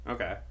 Okay